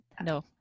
no